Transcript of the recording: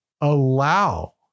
Allow